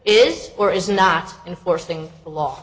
is or is not enforcing the law